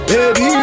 Baby